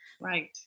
Right